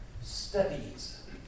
studies